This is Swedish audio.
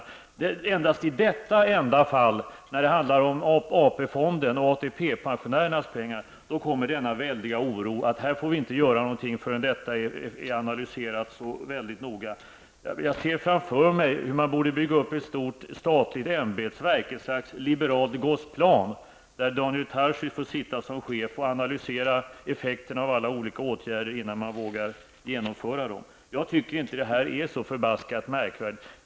Det är just i detta enda fall, när det handlar om AP-fonden och ATP pensionärernas pengar, som denna oro kommer fram. Man menar att vi inte skall få göra något förrän det är analyserat väldigt noggrant. Jag ser framför mig hur man borde bygga upp ett statligt ämbetsverk, ett slags liberalt Gosplan, där Daniel Tarschys får sitta som chef och analysera effekterna av alla åtgärder innan man vågar genomföra dem. Jag tycker inte att detta är så märkvärdigt.